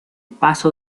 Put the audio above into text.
paso